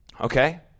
okay